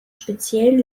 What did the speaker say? speziellen